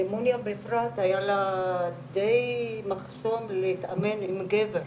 למוניה בפרט היה לה די מחסום להתאמן עם גבר,